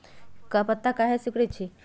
पत्ता काहे सिकुड़े छई?